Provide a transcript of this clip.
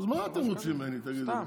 אז מה אתם רוצים ממני, תגידו לי.